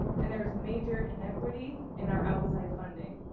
and there is major inequity in our outside funding.